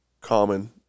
common